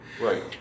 Right